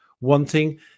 wanting